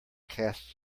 casts